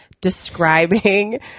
describing